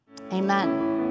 Amen